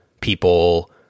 people